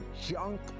junk